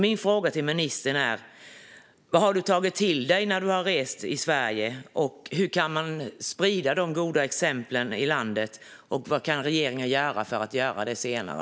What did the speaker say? Mina frågor till ministern är: Vad har du tagit till dig när du har rest i Sverige, och hur kan man sprida de goda exemplen i landet? Vad kan regeringen göra för att göra det senare?